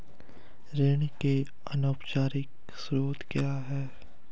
ऋण के अनौपचारिक स्रोत क्या हैं?